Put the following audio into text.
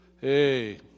Hey